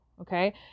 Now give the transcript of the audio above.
Okay